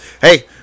hey